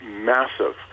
massive